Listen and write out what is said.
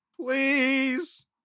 please